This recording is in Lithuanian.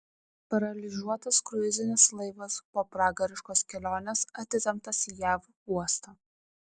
paralyžiuotas kruizinis laivas po pragariškos kelionės atitemptas į jav uostą